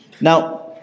Now